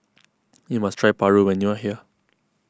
you must try Paru when you are here